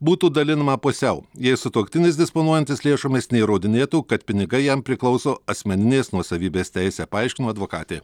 būtų dalinama pusiau jei sutuoktinis disponuojantis lėšomis neįrodinėtų kad pinigai jam priklauso asmeninės nuosavybės teise paaiškino advokatė